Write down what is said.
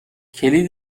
کلید